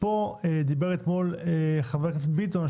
פה דיבר אתמול חבר הכנסת ביטון,